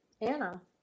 Anna